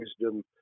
wisdom